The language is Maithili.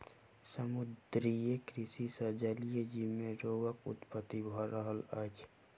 समुद्रीय कृषि सॅ जलीय जीव मे रोगक उत्पत्ति भ रहल अछि